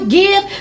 give